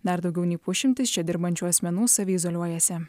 dar daugiau nei pusšimtis čia dirbančių asmenų saviizoliuojasi